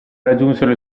raggiunsero